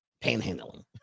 Panhandling